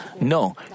No